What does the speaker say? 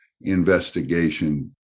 investigation